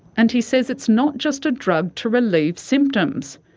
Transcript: and he says it's not just a drug to relieve symptoms.